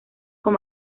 con